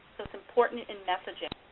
so it's important in messaging.